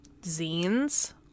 zines